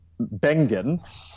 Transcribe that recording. Bengen